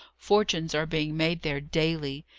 fortunes are being made there daily.